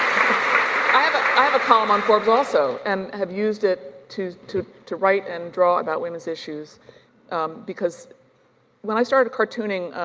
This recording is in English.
i have ah i have a column on forbes also and have used it to to write and draw about women's issues because when i started cartooning,